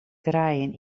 krijen